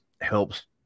helps